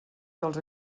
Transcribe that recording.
dels